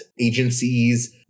agencies